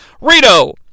Rito